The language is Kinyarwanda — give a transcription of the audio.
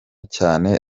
cyane